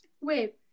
Wait